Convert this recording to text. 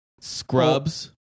Scrubs